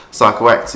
psychoactive